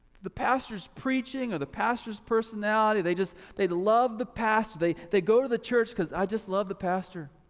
the pastor's preaching or the pastor's personality, they just, they love the pastor, they they go to the church cause i just love the pastor.